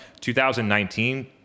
2019